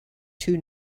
two